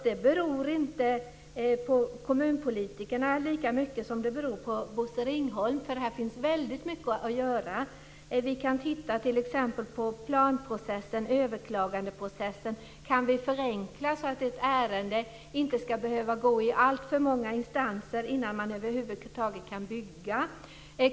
Det beror inte lika mycket på kommunpolitikerna som det beror på Bosse Ringholm - här finns väldigt mycket att göra. Vi kan titta t.ex. på planprocessen och överklagandeprocessen. Kan vi förenkla så att ett ärende inte behöver gå igenom alltför många instanser innan man över huvud taget kan bygga?